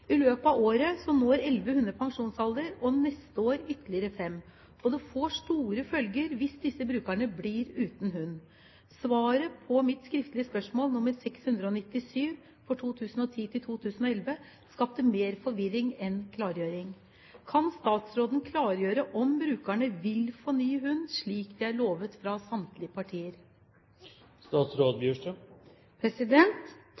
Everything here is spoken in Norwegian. I løpet av året når elleve hunder pensjonsalder, og neste år ytterligere fem, og det får store følger hvis disse brukerne blir uten hund. Svaret på mitt skriftlige spørsmål nr. 697 for 2010–2011 skapte mer forvirring enn klargjøring. Kan statsråden klargjøre om brukerne vil få ny hund slik de er lovet fra samtlige partier?»